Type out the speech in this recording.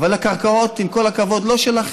אבל הקרקעות, עם כל הכבוד, לא שלכם,